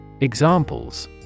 Examples